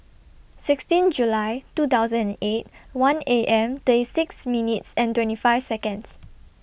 sixteen July two thousand and eight one A M thirty six minutes twenty five Seconds